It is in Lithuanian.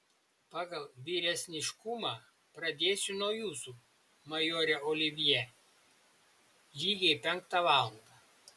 pagal vyresniškumą pradėsiu nuo jūsų majore olivjė lygiai penktą valandą